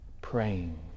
praying